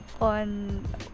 on